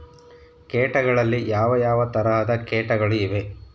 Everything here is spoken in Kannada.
ಕೇಟಗಳಲ್ಲಿ ಯಾವ ಯಾವ ತರಹದ ಕೇಟಗಳು ಇವೆ?